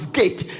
gate